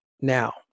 now